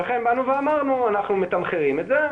לכן באנו ואמרנו שאנחנו מתמחרים את זה,